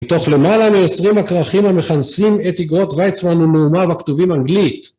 מתוך למעלה מ-20 הקרחים המכנסים את עיגרות ויצמן ונעומה הכתובים אנגלית.